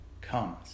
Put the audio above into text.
comes